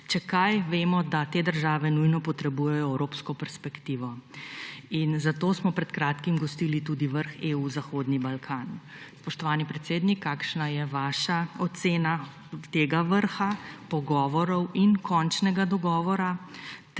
Če kaj, vemo, da te države nujno potrebujejo evropsko perspektivo, zato smo pred kratkim gostili tudi vrh EU-Zahodni Balkan. Spoštovani predsednik, sprašujem: Kakšna je vaša ocena tega vrha, pogovorov in končnega dogovora?